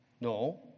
No